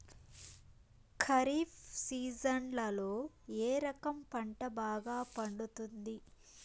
ఖరీఫ్ సీజన్లలో ఏ రకం పంట బాగా పండుతుంది